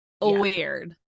weird